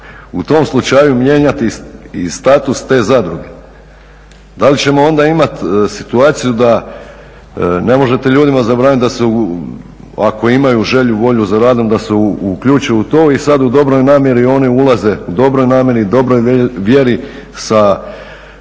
u tom slučaju mijenjati i status te zadruge? Da li ćemo onda imati situaciju da ne možete ljudima zabraniti da ako imaju želju, volju za radom da se uključe u to i sad u dobroj namjeri oni ulaze, u dobroj namjeri, dobroj vjeri sa